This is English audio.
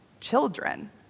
children